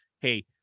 Hey